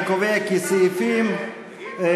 אני קובע כי סעיפים 119